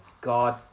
God